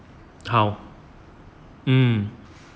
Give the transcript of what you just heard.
好 mm